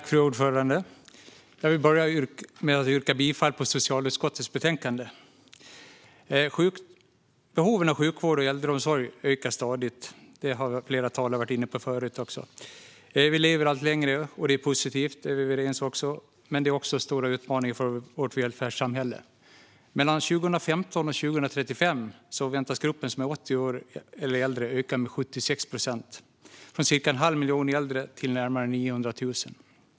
Fru talman! Jag börjar med att yrka bifall till socialutskottets förslag i betänkandet. Behoven av sjukvård och äldreomsorg ökar stadigt. Det har flera talare varit inne på. Vi lever allt längre. Det är positivt. Det är vi också överens om. Men det innebär också stora utmaningar för vårt välfärdssamhälle. Mellan 2015 och 2035 väntas gruppen som är 80 år eller äldre öka med 76 procent, med cirka en halv miljon äldre, till närmare 900 000.